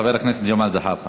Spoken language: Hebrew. חבר הכנסת ג'מאל זחאלקה.